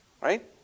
Right